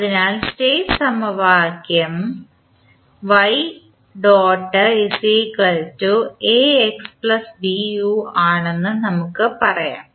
അതിനാൽ സ്റ്റേറ്റ് സമവാക്യം ആണെന്ന് നമുക്ക് പറയാം